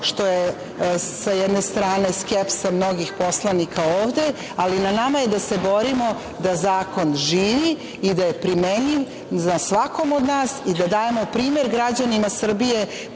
što je, s jedne strane, skepsa mnogih poslanika ovde, ali na nama je da se borimo da zakon živi i da je primenljiv za svakog od nas i da dajemo primer građanima Srbije,